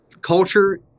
culture